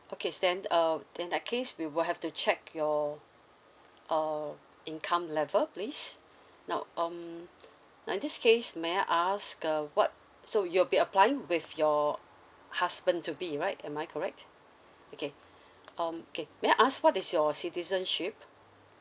okays then uh in that case we will have to check your uh income level please now um now in this case may I ask uh what so you'll be applying with your husband to be right am I correct okay um K may I ask what is your citizenship